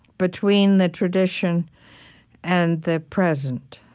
between the tradition and the present